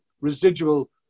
residual